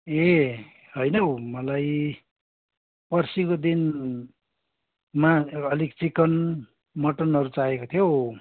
ए होइन हौ मलाई पर्सिको दिनमा अलिक चिकन मटनहरू चाहिएको थियो हौ